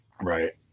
right